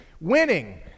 winning